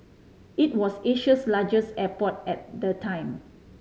it was Asia's largest airport at the time